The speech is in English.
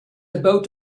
about